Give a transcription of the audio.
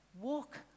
walk